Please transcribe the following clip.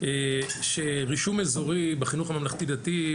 שרישום אזורי בחינוך הממלכתי-דתי,